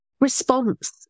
response